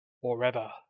Forever